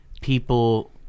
people